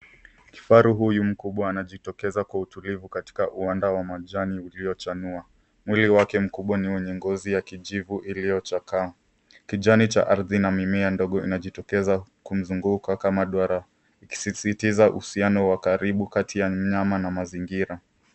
Kifaru huyu mkubwa anajitokeza kwa utulivu katika uwanda wa majani uliochanua. Mwili wake mkubwa ni wenye ngozi ya kijivu iliyochakaa. Kijani cha ardhi na mimea ndogo inajitokeza kumzunguka kama duara, ikisisitiza uhusiano wa karibu kati ya mnyama na mazingira.